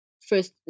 first